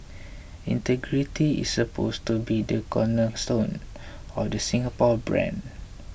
integrity is supposed to be the cornerstone of the Singapore brand